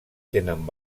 tenen